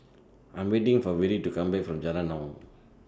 I'm waiting For Vere to Come Back from Jalan Naung